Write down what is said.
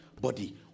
body